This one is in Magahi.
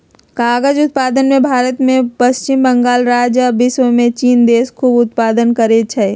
कागज़ उत्पादन में भारत के पश्चिम बंगाल राज्य आ विश्वमें चिन देश खूब उत्पादन करै छै